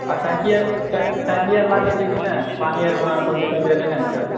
अच्छा टंकी आर लागल छै की नहि पानी आर मे दिक्कत नहि ने होइ छै